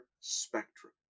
spectrum